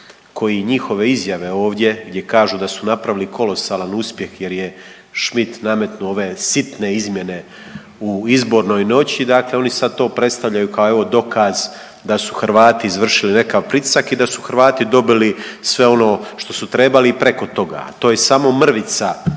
koji njihove izjave ovdje gdje kažu da su napravili kolosalan uspjeh jer je Schmidt nametnuo ove sitne izmjene u izbornoj noći, dakle oni sad to predstavljaju kao evo dokaz da su Hrvati izvršili nekakav pritisak i da su Hrvati dobili sve ono što su trebali i preko toga, a to je samo mrvica